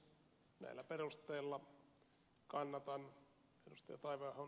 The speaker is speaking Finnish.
näillä perusteilla kannatan ed